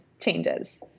changes